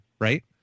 right